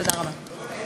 תודה רבה.